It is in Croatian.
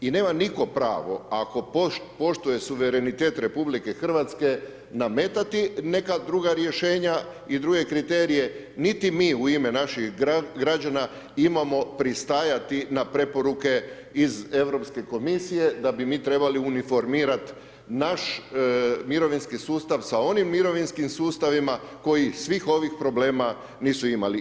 I nema nitko pravo ako poštuje suverenitet RH nametati neka druga rješenja i druge kriterije, niti mi u ime naših građana imamo pristajati na preporuke iz Europske komisije da bi mi trebali uniformirati naš mirovinski sustav sa onim mirovinskim sustavima kojih svi ovih problema nisu imali.